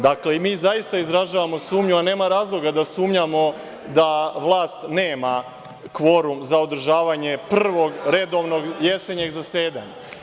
Dakle, mi zaista izražavamo sumnju, a nema razloga da sumnjamo da vlast nema kvorum za održavanje Prvog redovnog jesenjeg zasedanja.